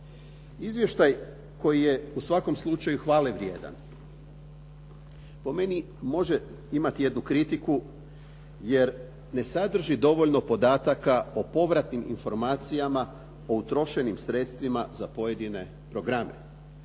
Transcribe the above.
Izvještaj koji je u svakom slučaju hvale vrijedan po meni može imati jednu kritiku jer ne sadrži dovoljno podataka o povratnim informacijama o utrošenim sredstvima za pojedine programe,